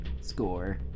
score